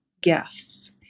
guests